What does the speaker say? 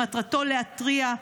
שמטרתו להתריע,